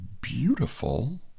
beautiful